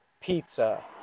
Pizza